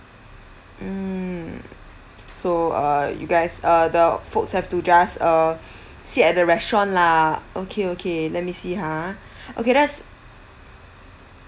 mm so err you guys uh the folks have to just uh sit at the restaurant lah okay okay let me see ha okay that's